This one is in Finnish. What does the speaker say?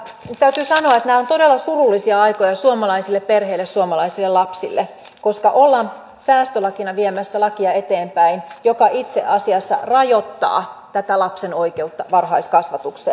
täytyy sanoa että nämä ovat todella surullisia aikoja suomalaisille perheille ja suomalaisille lapsille koska ollaan säästölakina viemässä eteenpäin lakia joka itse asiassa rajoittaa tätä lapsen oikeutta varhaiskasvatukseen